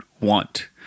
want